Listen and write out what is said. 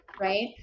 right